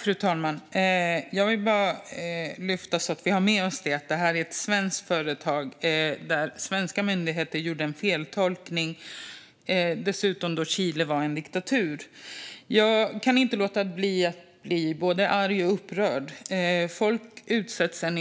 Fru talman! Jag vill bara så att vi har med oss det lyfta fram att det här är ett svenskt företag och att svenska myndigheter gjorde en feltolkning, dessutom då Chile var en diktatur. Jag kan inte låta bli att bli både arg och upprörd. Folk utsätts för avfallet